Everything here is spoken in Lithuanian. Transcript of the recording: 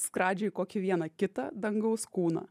skradžiai kokį vieną kitą dangaus kūną